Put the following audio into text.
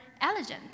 elegant